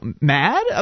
Mad